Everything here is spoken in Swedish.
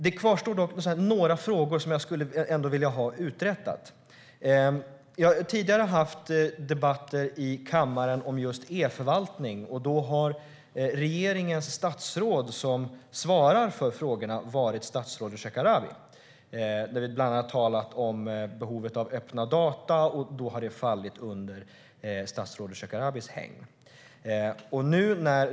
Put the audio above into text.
Det kvarstår dock några frågor som jag skulle vilja ha utredda. Jag har tidigare haft debatter i kammaren om just e-förvaltning, och då har regeringens statsråd som svarar för frågorna varit statsrådet Shekarabi. Vi har bland annat talat om behovet av öppna data, och då har det fallit i statsrådets Shekarabis hägn.